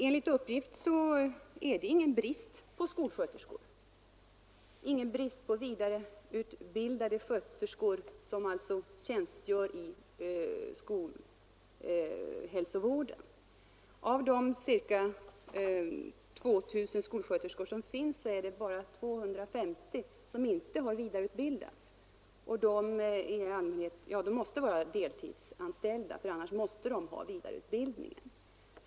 Enligt uppgift råder det ingen brist på vidareutbildade sköterskor inom skolhälsovården. Av de ca 2 000 skolsköterskor som finns är det bara 250 som inte har vidareutbildats, och de är deltidsanställda; de heltidsanställda måste nämligen ha vidareutbildning.